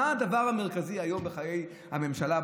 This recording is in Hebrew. מה הדבר המרכזי היום בחיי הממשלה,